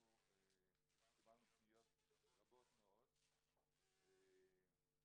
אנחנו קיבלנו פניות רבות מאוד בנושא,